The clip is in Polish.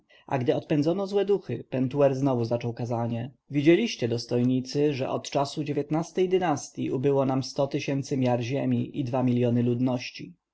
a gdy odpędzono złe duchy pentuer znowu zaczął kazanie widzieliście dostojnicy że od czasu ej dynastyi było nam sto tysięcy miar ziemi i dwa miljony ludności